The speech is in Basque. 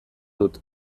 dut